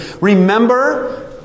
Remember